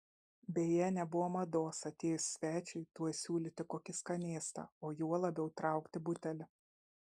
beje nebuvo mados atėjus svečiui tuoj siūlyti kokį skanėstą o juo labiau traukti butelį